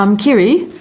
um kiri,